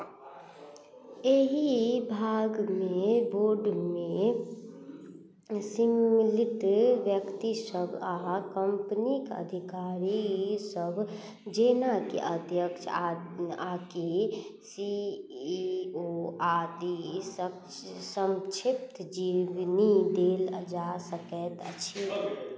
एहि भागमे बोर्डमे सम्मिलित व्यक्तिसभ आ कम्पनीक अधिकारीसभ जेनाकि अध्यक्ष आ आकि सी इ ओ आदि स संक्षिप्त जीवनी देल जा सकैत अछि